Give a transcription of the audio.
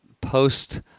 post-